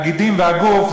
הגידים והגוף,